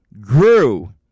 grew